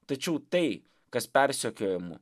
tačiau tai kas persekiojimų